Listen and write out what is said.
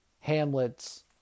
Hamlet's